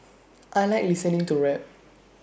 I Like listening to rap